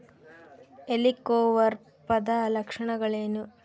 ಹೆಲಿಕೋವರ್ಪದ ಲಕ್ಷಣಗಳೇನು?